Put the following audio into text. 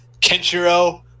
Kenshiro